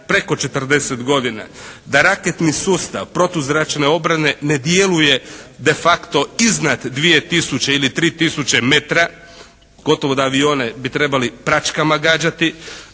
preko 40 godina, da raketni sustav protuzračne obrane ne djeluje de facto iznad 2 tisuće ili 3 tisuće metra, gotovo da avione bi trebali praćkama gađati,